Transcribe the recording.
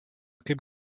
kaip